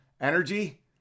energy